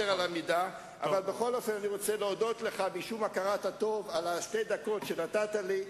אתה ודאי תראה שכדאי לתת לי לדבר,